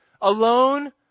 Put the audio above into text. alone